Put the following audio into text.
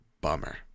bummer